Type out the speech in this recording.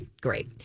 great